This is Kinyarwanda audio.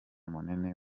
munini